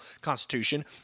constitution